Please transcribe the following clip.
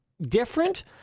different